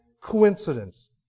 coincidence